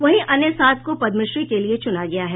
वहीं अन्य सात को पद्मश्री के लिये चुना गया है